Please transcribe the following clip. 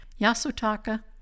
Yasutaka